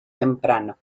temprano